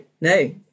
no